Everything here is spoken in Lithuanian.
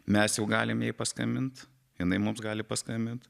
mes jau galim jai paskambint jinai mums gali paskambint